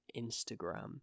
Instagram